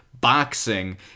boxing